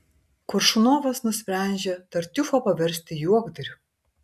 koršunovas nusprendžia tartiufą paversti juokdariu